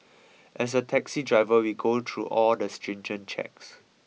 as a taxi driver we go through all the stringent checks